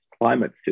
climate